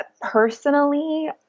Personally